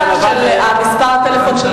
מספר הטלפון של